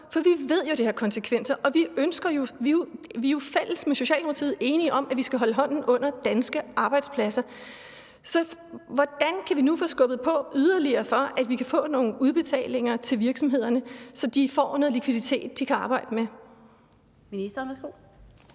for vi ved jo, at det har konsekvenser. Vi er jo fælles om og enige med Socialdemokratiet om, at vi skal holde hånden under danske arbejdspladser. Hvordan kan vi nu yderligere få skubbet på, så vi kan få nogle udbetalinger til virksomhederne, så de får noget likviditet, de kan arbejde med?